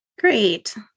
Great